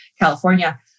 California